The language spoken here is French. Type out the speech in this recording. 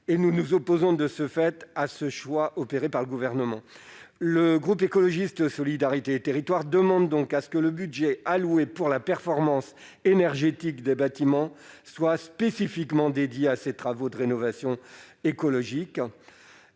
et nous nous opposons de ce fait à ce choix opéré par le Gouvernement. Le groupe Écologiste - Solidarité et Territoires demande donc que le budget alloué pour la performance énergétique des bâtiments soit spécifiquement dédié à ces travaux de rénovation écologique